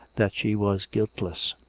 that she was guiltless.